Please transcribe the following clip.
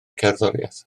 cerddoriaeth